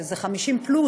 שזה 50 פלוס,